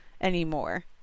Anymore